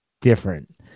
different